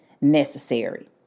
necessary